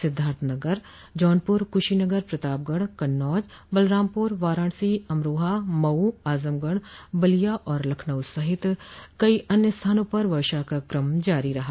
सिद्धार्थनगर जौनपुर कुशीनगर प्रतापगढ़ कन्नौज बलरामपुर वाराणसी अमरोहा मऊ आजमगढ़ बलिया और लखनऊ सहित कई अन्य स्थानों पर वर्षा का क्रम जारी रहा